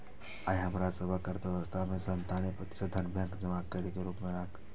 आइ हमरा सभक अर्थव्यवस्था मे सत्तानबे प्रतिशत धन बैंक जमा के रूप मे छै